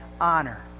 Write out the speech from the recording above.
honor